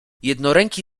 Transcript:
jednoręki